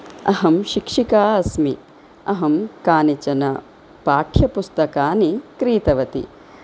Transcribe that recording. अहं शिक्षिका अस्मि अहं कानिचन पाठ्यपुस्तकानि क्रीतवती